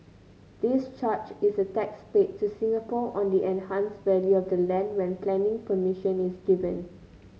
this charge is a tax paid to Singapore on the enhanced value of the land when planning permission is given